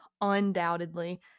undoubtedly